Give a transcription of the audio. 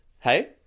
Hey